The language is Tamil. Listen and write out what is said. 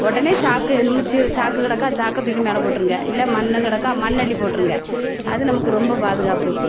உடனே சாக்கை என்னுமோ சீர சாக்கு கிடக்கா சாக்கை தூக்கி மேலே போட்டிருங்க இல்லை மண் கிடக்கா மண்ணை அள்ளி போட்டிருங்க அது நமக்கு ரொம்ப பாதுகாப்பு